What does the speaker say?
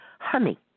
honey